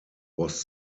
was